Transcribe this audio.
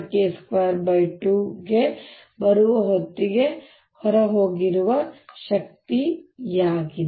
0K22 ಗೆ ಬರುವ ಹೊತ್ತಿಗೆ ಹೊರಹೋಗಿರುವ ಶಕ್ತಿಯಾಗಿದೆ